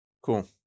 Cool